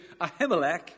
Ahimelech